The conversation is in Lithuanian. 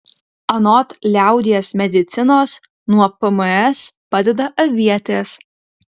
anot liaudies medicinos nuo pms padeda avietės